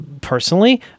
personally